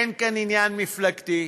אין כאן עניין מפלגתי,